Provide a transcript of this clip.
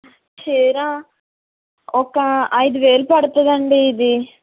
చీర ఒక ఐదు వేలు పడుతుందండి ఇది